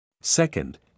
Second